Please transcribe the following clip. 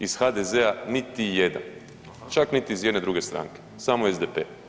Iz HDZ-a niti jedan, čak niti iz jedne druge stanke, samo SDP.